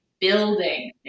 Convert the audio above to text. building